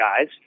guys